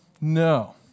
No